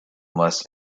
less